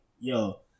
yo